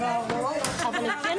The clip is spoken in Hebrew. ננעלה